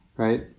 Right